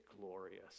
glorious